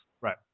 Right